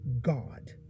God